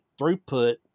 throughput